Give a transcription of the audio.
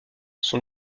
son